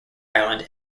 island